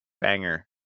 banger